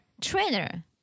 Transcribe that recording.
Trainer